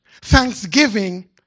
Thanksgiving